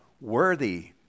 worthy